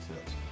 tips